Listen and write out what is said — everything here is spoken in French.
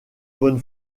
bonne